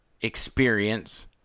experience